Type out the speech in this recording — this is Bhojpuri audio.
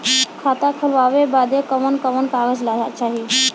खाता खोलवावे बादे कवन कवन कागज चाही?